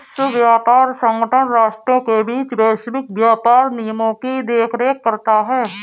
विश्व व्यापार संगठन राष्ट्रों के बीच वैश्विक व्यापार नियमों की देखरेख करता है